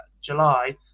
July